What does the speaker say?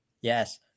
Yes